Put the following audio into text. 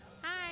hi